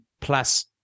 plus